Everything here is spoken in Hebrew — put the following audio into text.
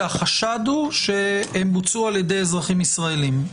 שהחשד הוא שהם בוצעו על ידי אזרחים ישראלים,